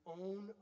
own